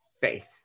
faith